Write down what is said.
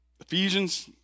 Ephesians